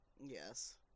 Yes